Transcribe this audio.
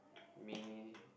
me